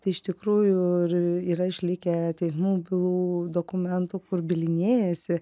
tai iš tikrųjų ir yra išlikę teismų bylų dokumentų kur bylinėjasi